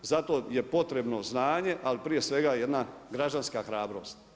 Zato je potrebno znanje, ali prije svega jedna građanska hrabrost.